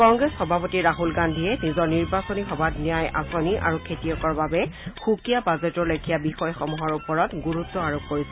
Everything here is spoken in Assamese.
কংগ্ৰেছ সভাপতি ৰাহুল গান্ধীয়ে নিজৰ নিৰ্বাচনী সভাত ন্যায় আঁচনি আৰু খেতিয়কৰ বাবে সুকীয়া বাজেটৰ লেখীয়া বিষয়সমূহৰ ওপৰত গুৰুত্ব আৰোপ কৰিছে